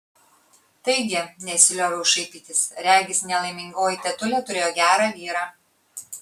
taigi nesilioviau šaipytis regis nelaimingoji tetulė turėjo gerą vyrą